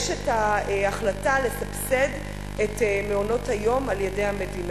יש ההחלטה לסבסד את מעונות-היום על-ידי המדינה.